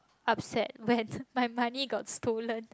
upset when my money got stolen